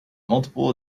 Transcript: multiple